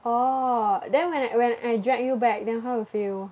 orh then when I when I drag you back then how you feel